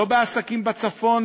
לא בעסקים בצפון,